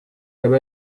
läheb